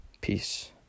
Peace